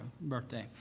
birthday